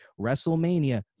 WrestleMania